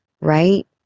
right